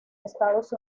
estados